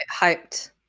hyped